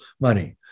money